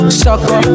sucker